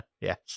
Yes